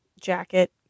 jacket